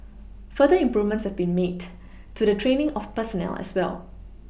further improvements have been made to the training of personnel as well